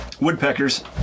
Woodpeckers